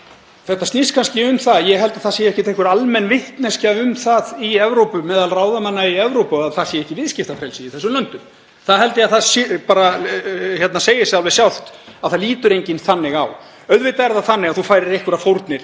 svona sambandi — ég held að það sé ekki einhver almenn vitneskja um það í Evrópu, meðal ráðamanna í Evrópu, að það sé ekki viðskiptafrelsi í þessum löndum. Ég held að það segi sig alveg sjálft að það lítur enginn þannig á. Auðvitað er það þannig að þú færir einhverjar fórnir